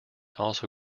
also